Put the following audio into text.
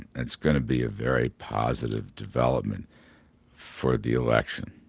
it's going to be a very positive development for the election